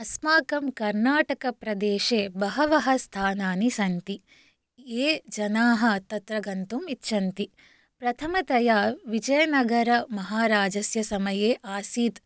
अस्माकं कर्णाटकप्रदेशे बहवः स्थानानि सन्ति ये जनाः तत्र गन्तुम् इच्छन्ति प्रथमतया विजयनगरमहाराजस्य समये आसीत्